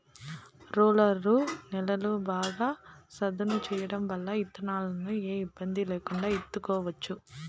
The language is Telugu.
రోలరు నేలను బాగా సదును చేయడం వల్ల ఇత్తనాలను ఏ ఇబ్బంది లేకుండా ఇత్తుకోవచ్చు